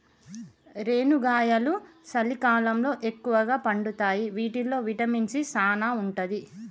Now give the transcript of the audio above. రేనుగాయలు సలికాలంలో ఎక్కుగా పండుతాయి వీటిల్లో విటమిన్ సీ సానా ఉంటది